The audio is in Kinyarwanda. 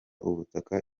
ubutaka